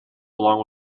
along